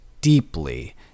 deeply